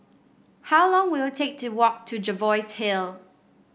how long will it take to walk to Jervois Hill